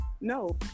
No